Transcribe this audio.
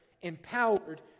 empowered